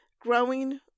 growing